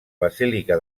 basílica